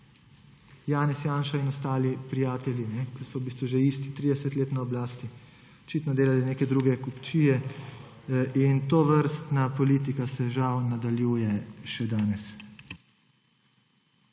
Janez Janša in ostali prijatelji, ki so v bistvu že isti 30 let na oblasti, očitno delali neke druge kupčije in tovrstna politika se žal nadaljuje še danes.